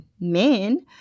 men